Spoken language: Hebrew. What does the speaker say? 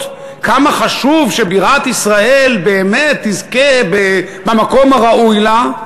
כמה חשוב שבירת ישראל באמת תזכה במקום הראוי לה,